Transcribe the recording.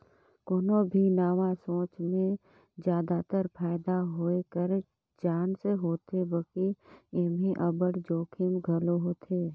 कोनो भी नावा सोंच में जादातर फयदा होए कर चानस होथे बकि एम्हें अब्बड़ जोखिम घलो होथे